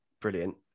brilliant